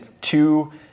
two